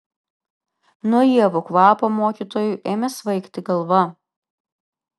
nuo ievų kvapo mokytojui ėmė svaigti galva